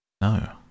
No